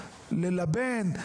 ללבן,